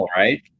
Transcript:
right